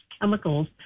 chemicals